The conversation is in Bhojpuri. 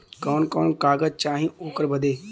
कवन कवन कागज चाही ओकर बदे?